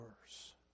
verse